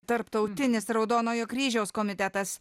tarptautinis raudonojo kryžiaus komitetas